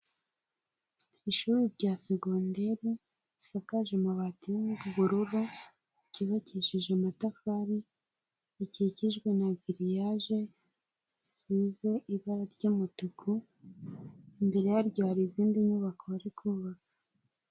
Ishuri rya secondaire risakaje amabati y'ubururu, ryubakishije amatafari, rikikijwe na giriyaje zisize ibara ry'umutuku. Imbere yaryo hari izindi nyubako bari kubaka.